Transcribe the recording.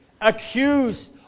accused